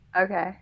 Okay